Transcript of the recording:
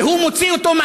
והוא מוציא אותו,